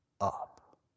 up